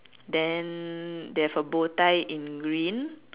then they have a bow tie in green